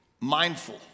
mindful